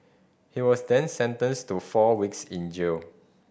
he was then sentenced to four weeks in jail